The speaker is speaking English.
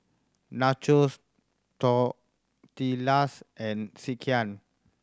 Nachos Tortillas and Sekihan